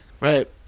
Right